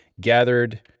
gathered